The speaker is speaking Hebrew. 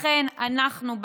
לכן אנחנו,